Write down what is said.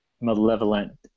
malevolent